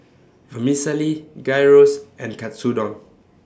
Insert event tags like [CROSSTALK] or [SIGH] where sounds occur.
[NOISE] Vermicelli Gyros and Katsudon